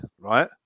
right